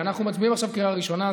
הרי אנחנו מצביעים עכשיו בקריאה ראשונה,